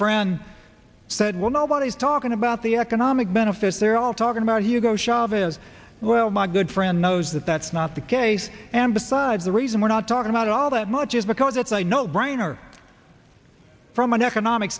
friend said well nobody's talking about the economic benefits they're well talking about hugo chavez well my good friend knows that that's not the case and the side the reason we're not talking about all that much is because it's a no brainer from an economic